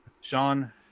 sean